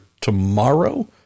tomorrow